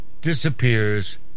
disappears